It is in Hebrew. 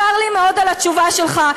צר לי מאוד על התשובה שלך.